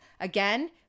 again